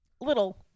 little